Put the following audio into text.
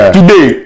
Today